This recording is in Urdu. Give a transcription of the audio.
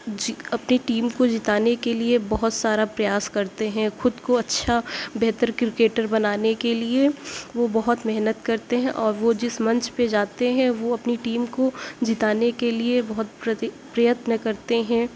جی اپنی ٹیم کو جتوانے کے لیے بہت سارا پریاس کرتے ہیں خود کو اچھا بہتر کرکٹر بنانے کے لیے وہ بہت محنت کرتے ہیں اور وہ جس منچ پہ جاتے ہیں وہ اپنی ٹیم کو جتوانے کے لیے بہت پری پرتن کرتے ہیں